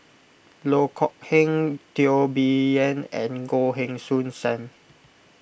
Loh Kok Heng Teo Bee Yen and Goh Heng Soon Sam